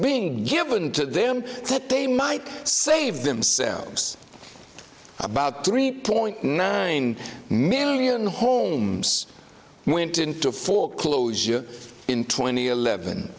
being given to them that they might save themselves about three point nine million homes went into foreclosure in twenty eleven